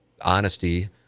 honesty